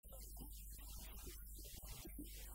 זאת, אנחנו מוצאים את סיפורי האגדה ש..